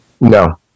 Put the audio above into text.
No